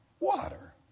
Water